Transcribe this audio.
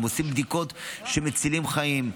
הם עושים בדיקות שמצילות חיים.